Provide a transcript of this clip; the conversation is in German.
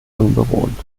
unbewohnt